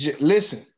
Listen